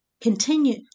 Continue